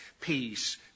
peace